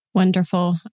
Wonderful